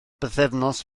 bythefnos